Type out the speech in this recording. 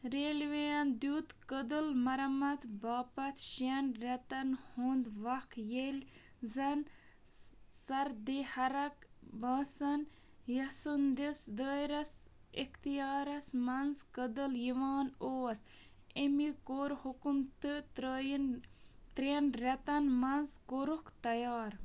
ریلوییَن دیُت کدل مرمَت باپَت شٮ۪ن رٮ۪تَن ہُنٛد وَقھ ییٚلہِ زَن سردی حرق باسَن یَس سٕنٛدِس دٲیرَس اِختیارَس منٛز کدل یِوان اوس اَمہِ کوٚر حُکُم تہٕ ترٛٲیِن ترٛٮ۪ن رٮ۪تَن منٛز کوٚرُکھ تیار